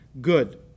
good